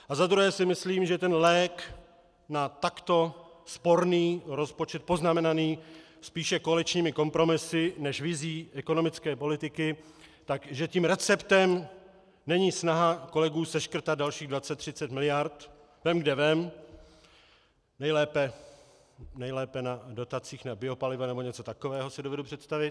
A za druhé si myslím, že ten lék na takto sporný rozpočet poznamenaný spíše koaličními kompromisy než vizí ekonomické politiky, tak že tím receptem není snaha kolegů seškrtat dalších 20, 30 mld. vem kde vem, nejlépe na dotacích na biopaliva nebo něco takového si dovedu představit.